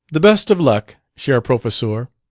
the best of luck, cher professeur,